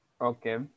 Okay